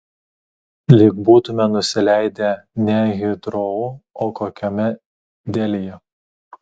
lyg būtumėme nusileidę ne hitrou o kokiame delyje